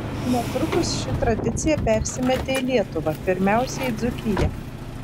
netrukus ši tradicija persimetė į lietuvą pirmiausia į dzūkiją